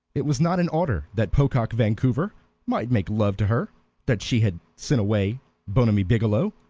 it was not in order that pocock vancouver might make love to her that she had sent away bonamy biggielow,